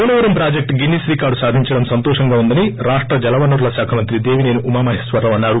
Polavaram project Guinness record సాధించడం సంతోషంగా ఉందని రాష్ట జలవనరుల శాఖ మంత్రి దేవిసేని ఉమామహేశ్వరరావు అన్నారు